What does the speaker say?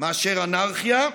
מאשר "אנרכיה".